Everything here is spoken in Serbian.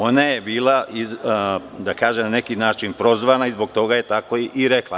Ona je bila na neki način prozvana i zbog toga je tako i rekla.